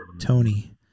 Tony